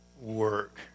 work